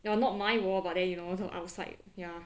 ya not my wall but then you know outside ya